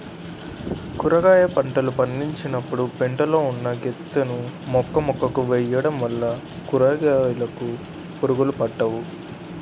కాయగుర పంటలు పండించినపుడు పెంట లో ఉన్న గెత్తం ను మొక్కమొక్కకి వేయడం వల్ల కూరకాయలుకి పురుగులు పట్టవు